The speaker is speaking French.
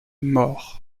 mort